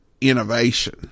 innovation